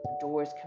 doors